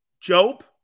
Job